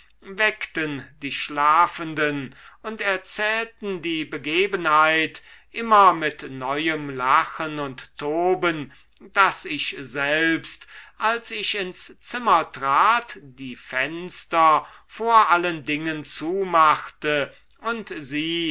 weckten die schlafenden und erzählten die begebenheit immer mit neuem lachen und toben daß ich selbst als ich ins zimmer trat die fenster vor allen dingen zumachte und sie